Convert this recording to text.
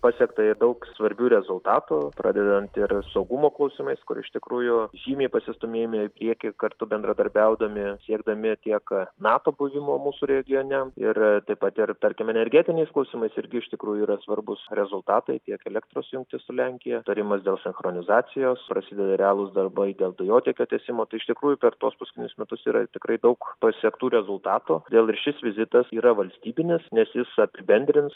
pasiekta daug svarbių rezultatų pradedant ir saugumo klausimais kur iš tikrųjų žymiai pasistūmėjome į priekį kartu bendradarbiaudami siekdami tiek nato buvimo mūsų regione ir taip pat ir tarkim energetiniais klausimais irgi iš tikrųjų yra svarbūs rezultatai tiek elektros jungtis su lenkija tarimas dėl sinchronizacijos prasideda realūs darbai dėl dujotiekio tiesimo iš tikrųjų per tuos paskutinius metus yra tikrai daug pasiektų rezultatų todėl ir šis vizitas yra valstybinis nes jis apibendrins